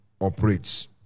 operates